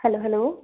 hello hello